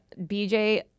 BJ